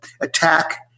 attack